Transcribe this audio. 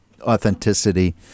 authenticity